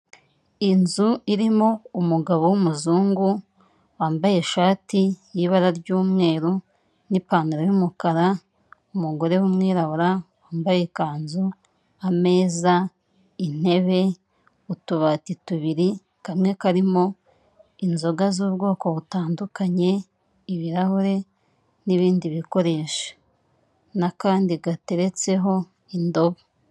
Inzu irimo umugabo w'umuzungu wambaye ishati y'ibara ry'umweru n'ipantaro y'umukara. Umugore w'umwirabura wambaye ikanzu, ameza, intebe, utubati tubiri kamwe karimo inzoga z'ubwoko butandukanye, ibirahure n'ibindi bikoresho n'akandi gateretseho indobo.